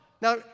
Now